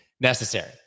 necessary